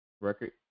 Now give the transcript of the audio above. record